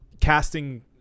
Casting